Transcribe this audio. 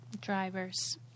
Drivers